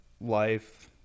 life